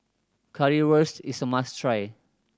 Currywurst is a must try